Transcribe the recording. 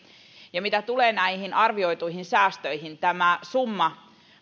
mitä tulee näihin arvioituihin säästöihin tämä summa